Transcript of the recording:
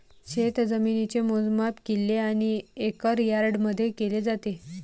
शेतजमिनीचे मोजमाप किल्ले आणि एकर यार्डमध्ये केले जाते